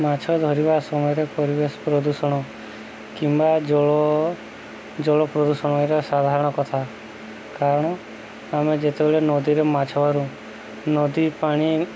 ମାଛ ଧରିବା ସମୟରେ ପରିବେଶ ପ୍ରଦୂଷଣ କିମ୍ବା ଜଳ ଜଳ ପ୍ରଦୂଷଣ ଏରା ସାଧାରଣ କଥା କାରଣ ଆମେ ଯେତେବେଳେ ନଦୀରେ ମାଛ ଧରୁ ନଦୀ ପାଣି